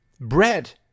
bread